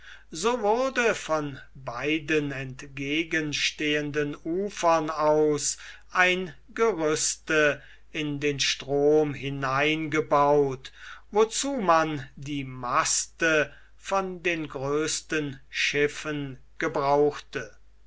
so wurde von beiden entgegenstehenden ufern aus ein gerüste in den strom hineingebaut wozu man die maste von den größten schiffen gebrauchte